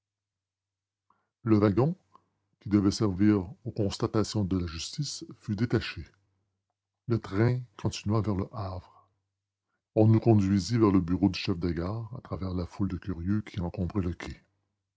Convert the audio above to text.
le wagon qui devait servir aux constatations de la justice fut détaché le train continua vers le havre on nous conduisit vers le bureau du chef de gare à travers la foule des curieux qui encombrait le